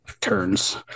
turns